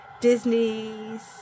Disney's